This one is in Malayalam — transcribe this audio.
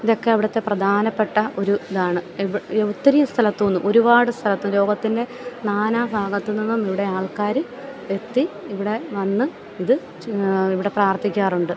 ഇതൊക്കെ അവിടത്തെ പ്രധാനപ്പെട്ട ഒരു ഇതാണ് ഒത്തിരി സ്ഥലത്തൂന്ന് ഒരുപാട് സ്ഥലത്ത് ലോകത്തിൻ്റെ നാനാ ഭാഗത്തു നിന്നും ഇവിടെ ആൾക്കാർ എത്തി ഇവിടെ വന്ന് ഇത് ഇവിടെ പ്രാർത്ഥിക്കാറുണ്ട്